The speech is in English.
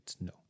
no